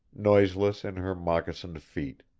noiseless in her moccasined feet.